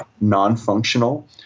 non-functional